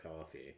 coffee